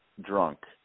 drunk